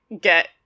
get